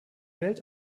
welt